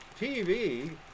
TV